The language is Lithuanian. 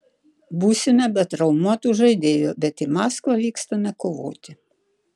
būsime be traumuotų žaidėjų bet į maskvą vykstame kovoti